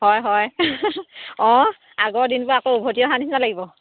হয় হয় অঁ আগৰ দিনবোৰ আকৌ উভতি অহা নিছিনা লাগিব